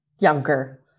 younger